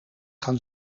gaan